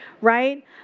right